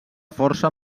força